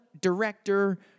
director